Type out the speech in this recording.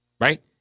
right